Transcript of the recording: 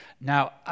Now